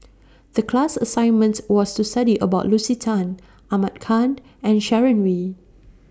The class assignment was to study about Lucy Tan Ahmad Khan and Sharon Wee